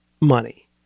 money